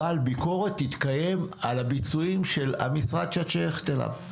כי ביקורת תתקיים על הביצועים של המשרד שאת שייכת אליו.